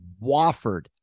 Wofford